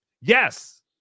yes